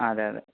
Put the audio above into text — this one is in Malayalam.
ആ അതെയതെ